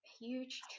huge